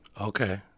Okay